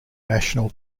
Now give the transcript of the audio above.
national